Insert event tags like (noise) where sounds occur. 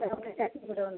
(unintelligible) ಉಂಟು